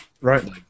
right